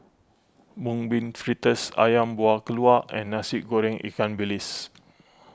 Mung Bean Fritters Ayam Buah Keluak and Nasi Goreng Ikan Bilis